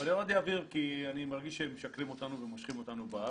אבל ירד לי האוויר כי אני מרגיש שמשקרים אותנו ומושכים אותנו באף.